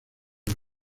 los